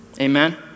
Amen